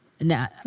Now